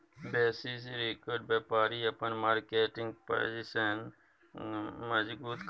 basis रिस्कमे बेपारी अपन मार्केट पाजिशन मजगुत करबाक लेल अपन संपत्ति संग छेड़छाड़ करै छै